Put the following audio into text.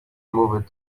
moved